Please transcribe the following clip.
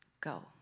Go